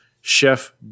chef